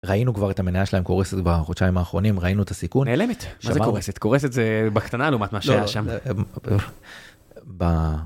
ראינו כבר את המניה שלהם קורסת בחודשיים האחרונים, ראינו את הסיכון. נעלמת, מה זה קורסת? קורסת זה בקטנה לעומת מה שהיה שם.